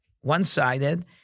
one-sided